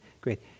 Great